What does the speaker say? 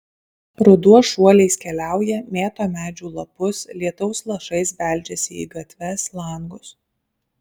ruduo šuoliais keliauja mėto medžių lapus lietaus lašais beldžiasi į gatves langus